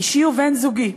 אישי ובן-זוגי,